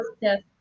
Yes